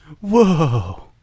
Whoa